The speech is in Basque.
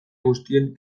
guztien